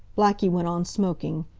blackie went on smoking.